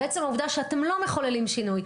ועצם העובדה שאתם לא מחוללים שינוי,